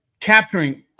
capturing